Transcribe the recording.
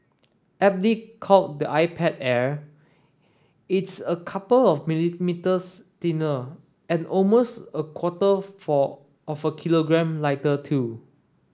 aptly called the iPad Air it's a couple of millimetres thinner and almost a quarter for of kilogram lighter too